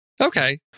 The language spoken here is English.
Okay